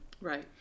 Right